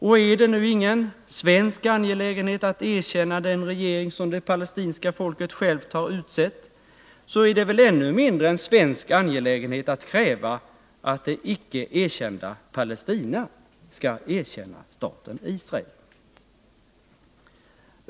Och är det nu ingen svensk angelägenhet att erkänna den regering som det palestinska folket självt har utsett, så är det väl ännu mindre en svensk angelägenhet att kräva att det icke erkända Palestina skall erkänna staten Israel.